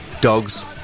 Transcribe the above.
dogs